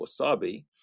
wasabi